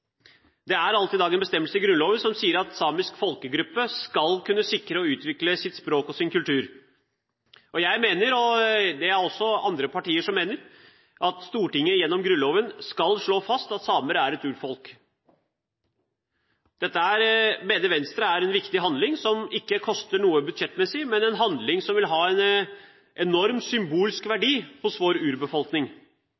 kunne sikre og utvikle sitt språk og sin kultur. Jeg mener, og det er det også andre partier som mener, at Stortinget gjennom Grunnloven skal slå fast at samer er et urfolk. Dette mener Venstre er en viktig handling som ikke koster noe budsjettmessig, men som vil ha en enorm symbolsk